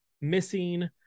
missing